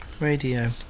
Radio